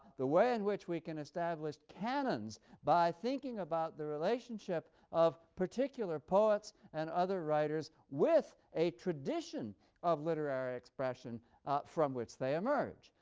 the way in which we can establish canons by thinking about the relationship of particular poets and other writers with a tradition of literary expression from which they emerge.